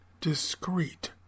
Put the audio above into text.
discreet